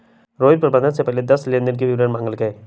रोहित प्रबंधक से पिछले दस लेनदेन के विवरण मांगल कई